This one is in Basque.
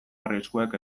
arriskuek